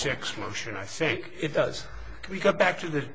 six motion i think it does we got back to th